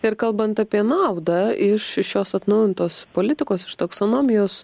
ir kalbant apie naudą iš šios atnaujintos politikos iš taksonomijos